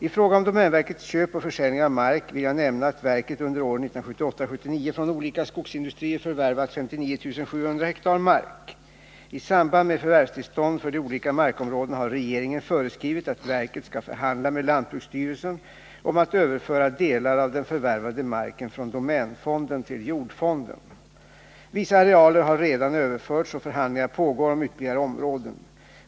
I fråga om domänverkets köp och försäljningar av mark vill jag nämna att verket under åren 1978 och 1979 från olika skogsindustrier förvärvat 59 700 ha mark. I samband med förvärvstillstånd för de olika markområdena har regeringen föreskrivit att verket skall förhandla med lantbruksstyrelsen om att överföra delar av den förvärvade marken från domänfonden till jordfonden. Vissa arealer har redan överförts och förhandlingar pågår om ytterligare områden.